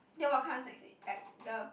then what kind of snacks is it like the